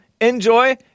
Enjoy